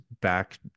back